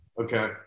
Okay